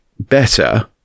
better